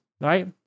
right